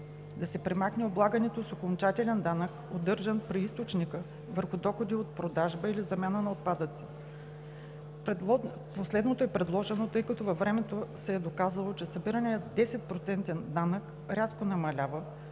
да се премахне облагането с окончателен данък, удържан при източника, върху доходите от продажба или замяна на отпадъци. Последното е предложено, тъй като във времето се е доказало, че събираният 10-процентен данък рязко намалява,